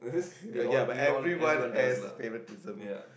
uh ya but everyone has favouritism